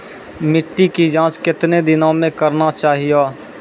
मिट्टी की जाँच कितने दिनों मे करना चाहिए?